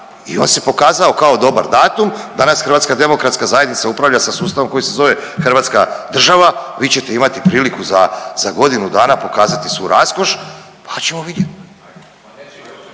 i on se pokazao kao dobar datum. Danas Hrvatska demokratska zajednica upravlja sa sustavom koji se zove Hrvatska država. Vi ćete imati priliku za godinu dana pokazati svu raskoš, pa ćemo vidjeti.